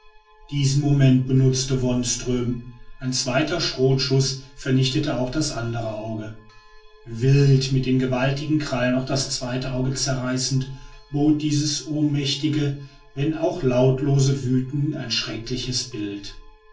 diesen moment benutzte wonström ein zweiter schrotschuß vernichtete auch das andere auge wild mit den gewaltigen krallen auch das zweite auge zerreißend bot dieses ohnmächtige wenn auch lautlose wüten ein schreckliches bild